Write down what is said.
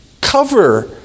cover